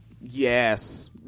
yes